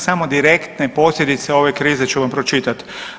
Samo direktne posljedice ove krize ću vam pročitat.